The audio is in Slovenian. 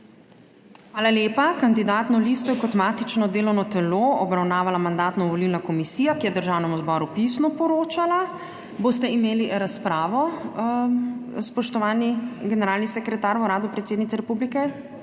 Hvala lepa. Kandidatno listo je kot matično delovno telo obravnavala Mandatno-volilna komisija, ki je Državnemu zboru pisno poročala. Boste imeli razpravo, spoštovani generalni sekretar v Uradu predsednice republike?